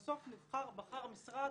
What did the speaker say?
בסוף בחר המשרד,